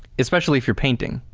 especially if you're painting.